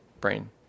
brain